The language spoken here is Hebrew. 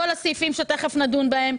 כל הסעיפים שתיכף נדון בהם.